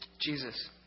Jesus